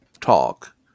talk